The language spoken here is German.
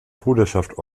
bruderschaft